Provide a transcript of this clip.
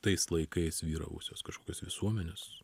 tais laikais vyravusios kažkokios visuomenės